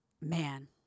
Man